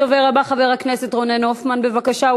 הדובר הבא, חבר הכנסת רונן הופמן, בבקשה.